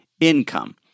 income